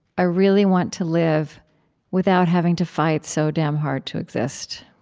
i really want to live without having to fight so damn hard to exist.